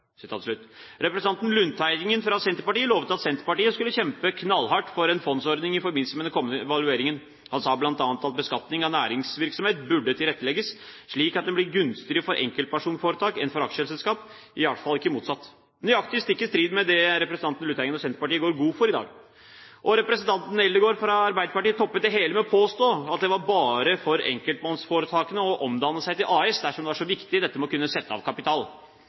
Representanten Lundteigen fra Senterpartiet lovet at Senterpartiet skulle kjempe knallhardt for en fondsordning i forbindelse med den kommende evalueringen. Han sa bl.a. at beskatningen av næringsvirksomhet burde tilrettelegges, slik at den blir gunstigere for enkeltpersonforetak enn for aksjeselskap, i hvert fall ikke motsatt. Det er nøyaktig stikk i strid med det representanten Lundteigen og Senterpartiet går god for i dag. Og representanten Eldegard fra Arbeiderpartiet toppet det hele med å påstå at det bare var for enkeltpersonforetakene å omdanne seg til AS dersom det var så viktig dette med å kunne sette av kapital.